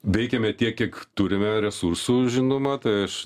veikiame tiek kiek turime resursų žinoma tai aš